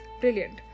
Brilliant